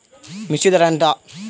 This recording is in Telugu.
మిర్చి ధర ఎంత?